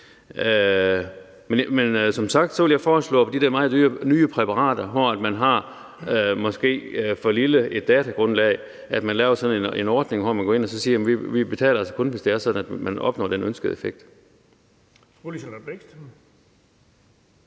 Men som sagt vil jeg foreslå i forbindelse med de der meget dyre nye præparater, hvor man måske har et for lille datagrundlag, at man laver en ordning, hvor man går ind og siger, at vi altså kun betaler, hvis det er sådan, at man opnår den ønskede effekt.